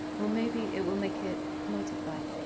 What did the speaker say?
or maybe it will make it multiply.